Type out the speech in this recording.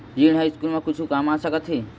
ऋण ह स्कूल मा कुछु काम आ सकत हे?